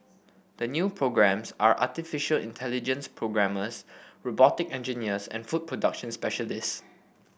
the new programmes are artificial intelligence programmers robotic engineers and food production specialist